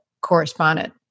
correspondent